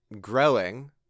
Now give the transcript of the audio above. growing